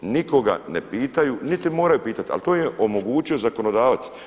Nikoga ne pitaju niti moraju pitati, ali to je omogućio zakonodavac.